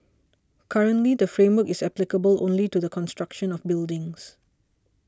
currently the framework is applicable only to the construction of buildings